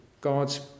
God's